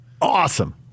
Awesome